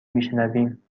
میشنویم